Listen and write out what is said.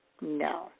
No